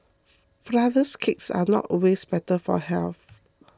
Flourless Cakes are not always better for health